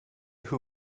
who